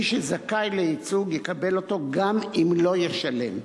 ומי שזכאי לייצוג יקבל אותו גם אם לא ישלם.